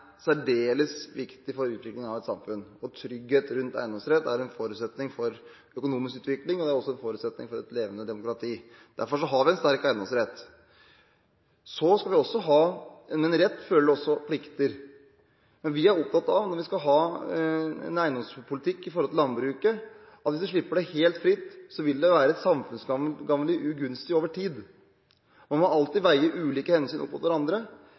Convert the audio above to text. særdeles viktig for utviklingen av et samfunn, og trygghet rundt eiendomsretten er en forutsetning for økonomisk utvikling. Det er også en forutsetning for et levende demokrati. Derfor har vi en sterk eiendomsrett. Med en rett følger det også plikter. Men når vi skal ha en eiendomspolitikk for landbruket, er vi opptatt av at dersom vi slipper dette helt fritt, vil det være samfunnsmessig ugunstig over tid. Man må alltid veie ulike hensyn opp mot hverandre.